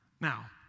Now